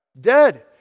Dead